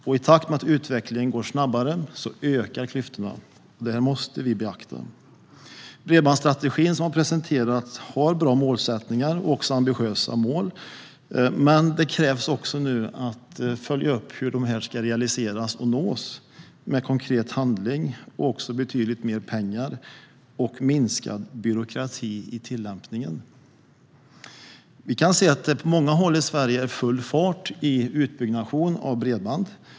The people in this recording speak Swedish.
I takt med att utvecklingen går snabbare ökar klyftorna. Det måste vi beakta. Bredbandsstrategin som har presenterats har bra målsättningar och ambitiösa mål, men det krävs att man följer upp hur de ska realiseras och nås med konkret handling. Det krävs också betydligt mer pengar och minskad byråkrati i tillämpningen. Vi kan se att det på många håll i Sverige är full fart i utbyggnationen av bredband.